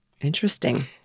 Interesting